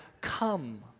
come